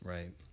Right